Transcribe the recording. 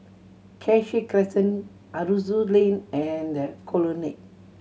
Cassia Crescent Aroozoo Lane and The Colonnade